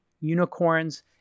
unicorns